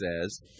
says